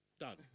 done